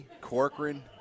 Corcoran